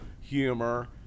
humor